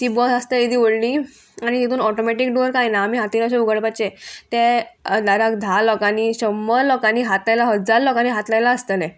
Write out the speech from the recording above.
ती बस आसता येदी व्हडली आनी तितून ऑटोमॅटीक डोर कांय ना आमी हातीन अशें उगडपाचें ते दाराक धा लोकांनी शंबर लोकांनी हात लायला हजार लोकांनी हात लायलां आसतलें